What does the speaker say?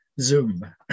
Zoom